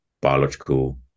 biological